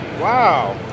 Wow